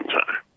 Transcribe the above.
time